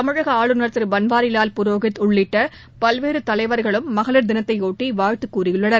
தமிழக ஆளுநர் திரு பன்வாரிவால் புரேகித் உள்ளிட்ட பல்வேறு தலைவர்களும் மகளிர் தினத்தையொட்ட வாழ்த்து தெரிவித்துள்ளனர்